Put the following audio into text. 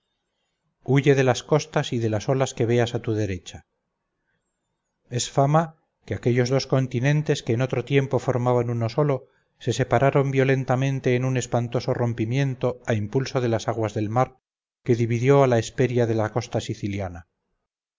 huye de las costas y de las olas que veas a tu derecha es fama que aquellos dos continentes que en otro tiempo formaban uno solo se separaron violentamente en un espantoso rompimiento a impulso de las aguas del mar que dividió a la hesperia de la costa siciliana